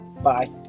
Bye